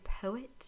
poet